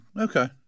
Okay